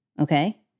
Okay